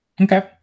Okay